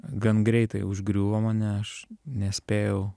gan greitai užgriuvo mane aš nespėjau